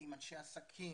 עם אנשי עסקים,